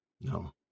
No